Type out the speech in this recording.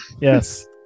Yes